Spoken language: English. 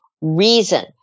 reason